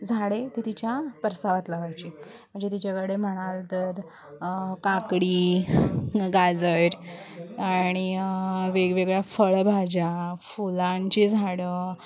झाडे ती तिच्या परसावात लावायची म्हणजे तिच्याकडे म्हणाल तर काकडी गाजर आणि वेगवेगळ्या फळभाज्या फुलांची झाडं